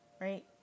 right